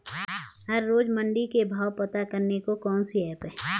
हर रोज़ मंडी के भाव पता करने को कौन सी ऐप है?